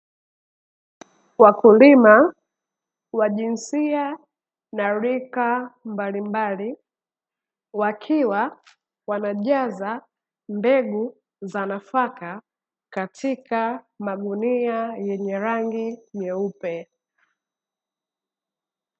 Wakulima wa jinsia na rika mbalimbali, wakiwa wanajaza mbegu za nafaka katika magunia yenye rangi nyeupe.